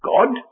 God